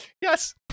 Yes